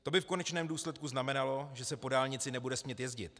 To by v konečném důsledku znamenalo, že se po dálnici nebude smět jezdit.